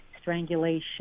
strangulation